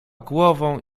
głową